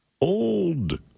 old